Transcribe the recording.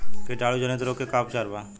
कीटाणु जनित रोग के का उपचार बा?